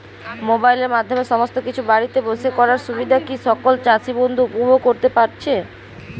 মোবাইলের মাধ্যমে সমস্ত কিছু বাড়িতে বসে করার সুবিধা কি সকল চাষী বন্ধু উপভোগ করতে পারছে?